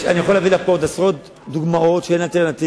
אני יכול להביא לך פה עוד עשרות דוגמאות שאין אלטרנטיבה,